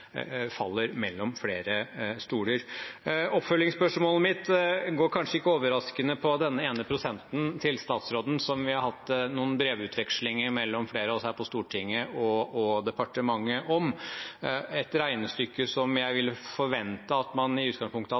faller mellom flere stoler. Oppfølgingsspørsmålet mitt går kanskje ikke overraskende på den ene prosenten til statsråden, som vi har hatt noen brevutvekslinger om mellom flere av oss her på Stortinget og departementet. Det er et regnestykke som jeg ville forventet at man i utgangspunktet